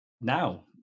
now